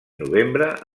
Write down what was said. novembre